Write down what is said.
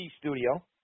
Studio